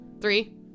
three